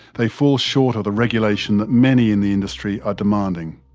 they fall short of the regulation that many in the industry are demanding.